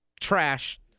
Trash